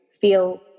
feel